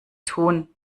tun